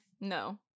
no